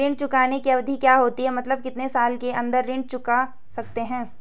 ऋण चुकाने की अवधि क्या होती है मतलब कितने साल के अंदर ऋण चुका सकते हैं?